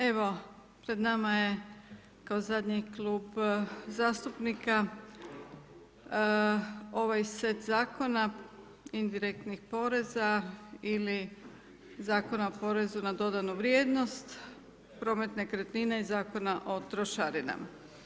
Evo, pred nama je kao zadnji Klub zastupnika, ovaj set zakona, indirektnih poreza ili Zakona o porezu na dodanu vrijednost, promet nekretnina Zakona o trošarinama.